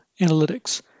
analytics